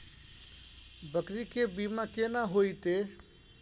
बकरी के बीमा केना होइते?